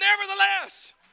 nevertheless